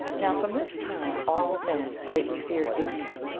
now from this time all men greatly feared glooskap,